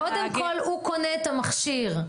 קודם כל הוא קונה את המכשיר,